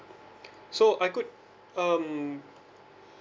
so I could um